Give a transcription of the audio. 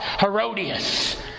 Herodias